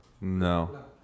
No